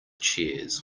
chairs